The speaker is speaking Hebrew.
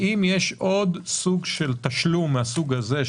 האם יש עוד סוג של תשלום מן הסוג הזה,